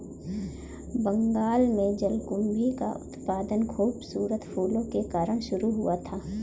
बंगाल में जलकुंभी का उत्पादन खूबसूरत फूलों के कारण शुरू हुआ था